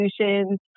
solutions